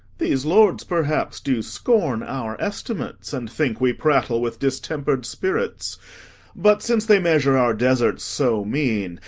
these lords perhaps do scorn our estimates, and think we prattle with distemper'd spirits but, since they measure our deserts so mean,